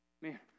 Man